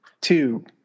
Two